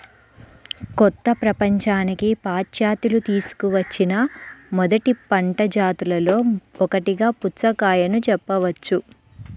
కొత్త ప్రపంచానికి పాశ్చాత్యులు తీసుకువచ్చిన మొదటి పంట జాతులలో ఒకటిగా పుచ్చకాయను చెప్పవచ్చు